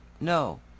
No